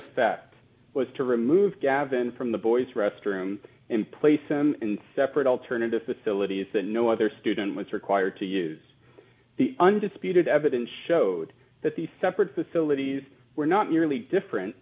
effect was to remove gavin from the boy's restroom and place them in separate alternative facilities that no other student was required to use the undisputed evidence showed that the separate facilities were not merely different